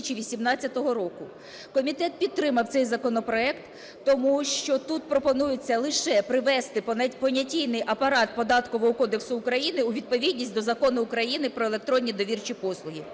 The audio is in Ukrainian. Комітет підтримав цей законопроект, тому що тут пропонуються лише привести понятійний апарат Податкового кодексу України у відповідність до Закону України "Про електронні довірчі послуги".